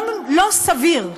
לא סביר,